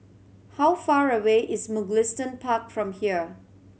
how far away is Mugliston Park from here